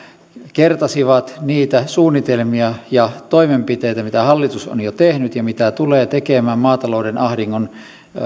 kertasivat niitä suunnitelmia ja toimenpiteitä mitä hallitus on jo tehnyt ja mitä tulee tekemään maatalouden ahdingon